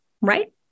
right